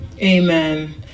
Amen